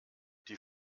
die